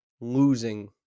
losing